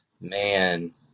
Man